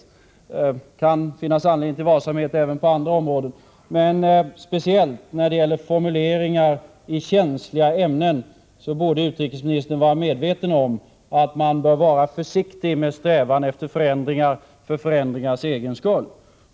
Det kan finnas anledning till varsamhet även på andra områden. Men speciellt när det gäller formuleringar i känsliga ämnen borde utrikesministern vara medveten om att man bör vara försiktig med strävan efter förändringar för förändringarnas egen skull.